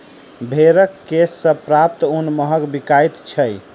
भेंड़क केश सॅ प्राप्त ऊन महग बिकाइत छै